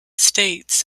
states